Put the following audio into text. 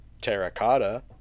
Terracotta